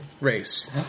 race